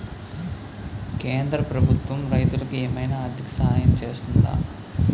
కేంద్ర ప్రభుత్వం రైతులకు ఏమైనా ఆర్థిక సాయం చేస్తుందా?